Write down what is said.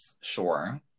sure